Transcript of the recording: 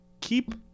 keep